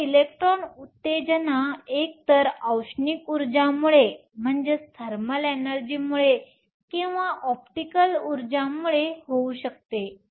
हे इलेक्ट्रॉन उत्तेजना एकतर औष्णिक ऊर्जामुळे किंवा ऑप्टिकल ऊर्जामुळे होऊ शकते